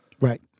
right